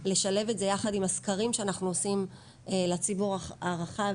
לשלב את זה יחד עם הסקרים שאנחנו עושים לציבור הרחב